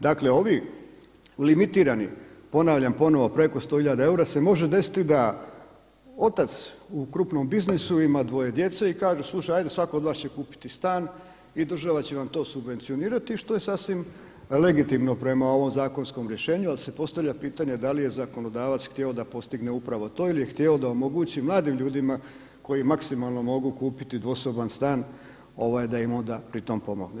Dakle ovi limitirani, ponavljam ponovno preko 100 hiljada eura se može desiti da otac u krupnom biznisu ima dvoje djece i kaže slušaj, ajde svako od vas će kupiti stan i država će vam to subvencionirati, što je sasvim legitimno prema ovom zakonskom rješenju ali se postavlja pitanje da li je zakonodavac htio da postigne upravo to ili je htio da omogući mladim ljudima koji maksimalno mogu kupiti dvosoban stan da im onda pri tome pomogne.